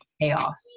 chaos